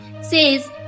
says